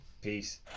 Peace